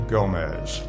Gomez